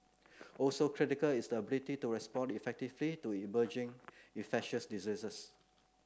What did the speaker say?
also critical is the ability to respond effectively to emerging infectious diseases